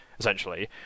essentially